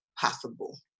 possible